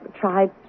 tried